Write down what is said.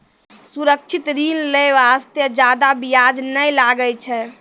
सुरक्षित ऋण लै बास्ते जादा बियाज नै लागै छै